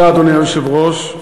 אדוני היושב-ראש,